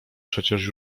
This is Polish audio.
przecież